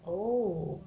oh